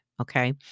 Okay